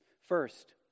First